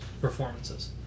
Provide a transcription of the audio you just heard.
performances